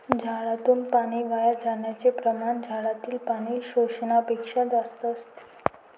झाडातून पाणी वाया जाण्याचे प्रमाण झाडातील पाणी शोषण्यापेक्षा जास्त असते